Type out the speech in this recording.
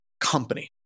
company